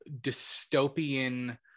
dystopian